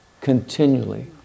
Continually